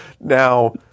Now